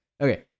Okay